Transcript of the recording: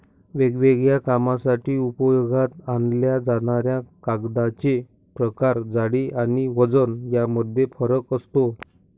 वेगवेगळ्या कामांसाठी उपयोगात आणल्या जाणाऱ्या कागदांचे प्रकार, जाडी आणि वजन यामध्ये फरक असतो